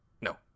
No